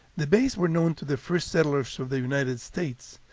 the bays were known to the first settlers of the united states,